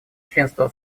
членства